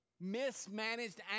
Mismanaged